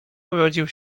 urodził